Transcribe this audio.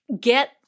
get